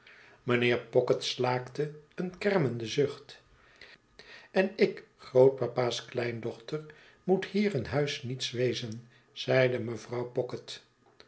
mijnheer pocket slaakte een kermenden zucht en ik grootpapa's kleindochter moet hier in huis niets wezen zeide mevrouw pocket